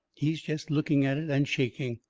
he is jest looking at it and shaking.